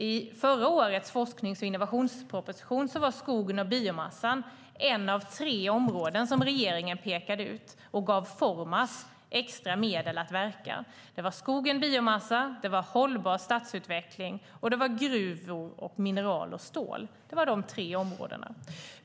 I förra årets forsknings och innovationsproposition var skogen och biomassan ett av tre områden som regeringen pekade ut, och vi gav Formas extra medel för att verka. De tre områdena var skog och biomassa, hållbar stadsutveckling samt gruvor, mineral och stål.